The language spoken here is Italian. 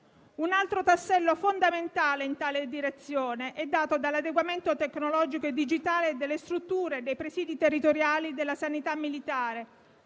Un altro tassello fondamentale in tale direzione è dato dall'adeguamento tecnologico e digitale delle strutture e dei presidi territoriali della Sanità militare